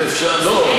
לא,